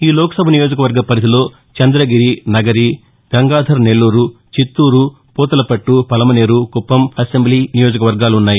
ఈ లోక్ సభ నియోజకవర్గ పరిధిలో చంద్రగిరి నగరి గంగాధర్ నెల్లూరు చిత్తూరు పూతలపట్లు పలమనేరు కుప్పం అసెంబ్లీ నియోజకవర్గాలు ఉన్నాయి